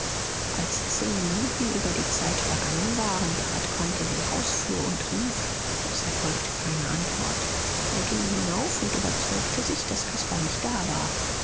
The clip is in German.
als zehn minuten über die zeit vergangen waren trat quandt in den hausflur und rief es erfolgte keine antwort er ging hinauf und überzeugte sich daß caspar nicht da war